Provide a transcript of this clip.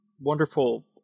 wonderful